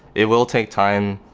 it will take time.